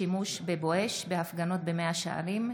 שימוש בבואש בהפגנות במאה שערים.